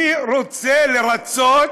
מי רוצה לרצות